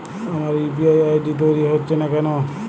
আমার UPI ID তৈরি হচ্ছে না কেনো?